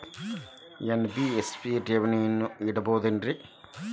NBFC ಗಳಲ್ಲಿ ಠೇವಣಿಗಳನ್ನು ಇಡಬಹುದೇನ್ರಿ?